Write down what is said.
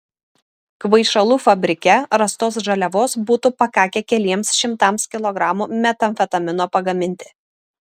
kvaišalų fabrike rastos žaliavos būtų pakakę keliems šimtams kilogramų metamfetamino pagaminti